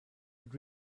but